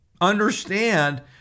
understand